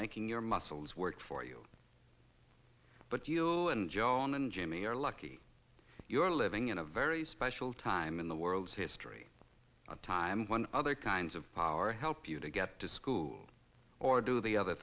making your muscles work for you but you and joe and jimmy are lucky you're living in a very special time in the world's history a time when other kinds of power help you to get to school or do the other